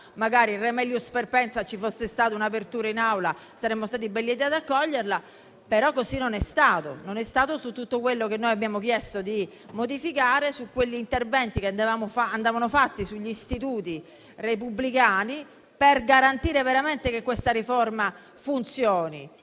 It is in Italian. magari *re melius perpensa*, se ci fosse stata un'apertura in Aula, saremmo stati ben lieti di accoglierla. Così però non è stato. Non è stato su tutto quello che abbiamo chiesto di modificare e sugli interventi che andavano fatti sugli istituti repubblicani per garantire veramente che questa riforma funzioni.